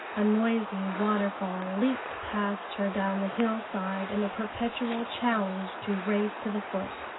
a noisy waterfall leaped past her down the hillside in a perpetual challenge to race to the foot.